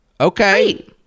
okay